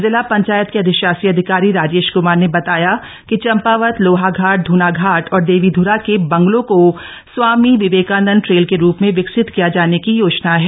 जिला पंचायत के अधिशासी अधिकारी राजेश कुमार ने बताया कि चम्पावत लोहाघाट धनाघाट और देवीध्रा के बंगलों को स्वामी विवेकानंद ट्रेल के रूप मे विकसित किया जाने की योजना है